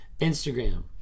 Instagram